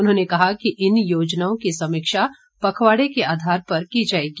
उन्होंने कहा कि इन योजनाओं की समीक्षा पखवाड़े के आधार पर की जाएगी